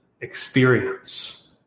experience